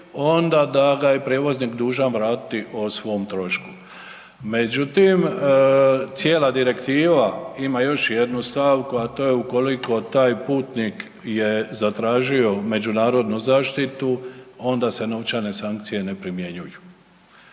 onda da ga je prijevoznik dužan vratiti o svom trošku. Međutim cijela direktiva ima još jednu stavku a to je ukoliko taj putnik je zatražio međunarodnu zaštitu, onda se novčane sankcije ne primjenjuju